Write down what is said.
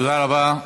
תודה רבה.